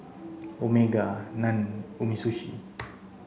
Omega Nan Umisushi